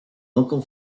local